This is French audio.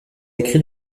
écrit